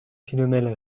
philomèle